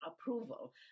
approval